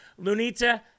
Lunita